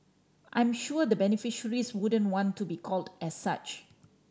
I'm sure the beneficiaries wouldn't want to be called as such